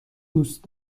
دوست